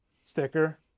sticker